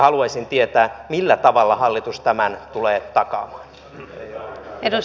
haluaisin tietää millä tavalla hallitus tämän tulee takaamaan